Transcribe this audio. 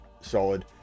solid